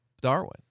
Darwin